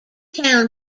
town